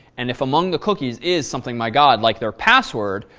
and if among the cookies is something, my god, like their password,